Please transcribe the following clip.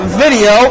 video